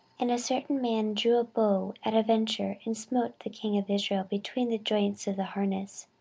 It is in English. and a certain man drew a bow at a venture, and smote the king of israel between the joints of the harness